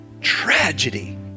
Tragedy